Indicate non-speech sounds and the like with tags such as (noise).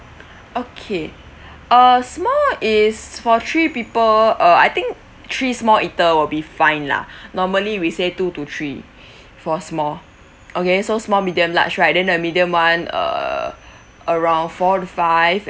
okay uh small is for three people uh I think three small eater will be fine lah (breath) normally we say two to three for small okay so small medium large right then the medium one uh around four to five